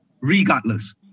regardless